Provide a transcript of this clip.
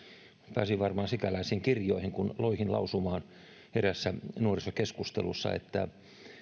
pääsin varmaan sikäläisiin kirjoihin kun loihen lausumahan eräässä nuorisokeskustelussa että